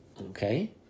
Okay